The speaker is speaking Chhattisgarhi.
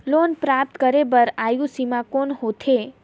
लोन प्राप्त करे बर आयु सीमा कौन होथे?